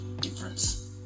difference